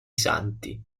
santi